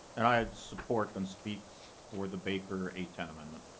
and i support and speak for the baker a ten amendment.